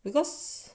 because